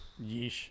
Yeesh